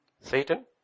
Satan